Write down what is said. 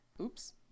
oops